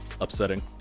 upsetting